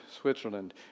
Switzerland